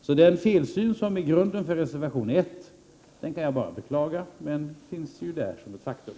Så den felsyn som är grunden till reservation 1 kan jag bara beklaga, men att den finns där är ett faktum.